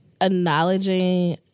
acknowledging